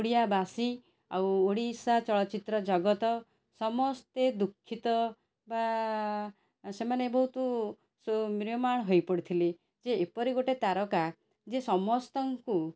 ଓଡ଼ିଶା ବାସୀ ଆଉ ଓଡ଼ିଆ ଚଳଚ୍ଚିତ୍ର ଜଗତ ସମସ୍ତେ ଦୁଃଖିତ ବା ସେମାନେ ବହୁତ ମ୍ରିୟମାଣ ହୋଇପଡ଼ିଥିଲେ ଯେ ଏପରି ଗୋଟିଏ ତାରକା ଯେ ସମସ୍ତଙ୍କୁ